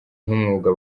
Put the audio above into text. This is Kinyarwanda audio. nk’umwuga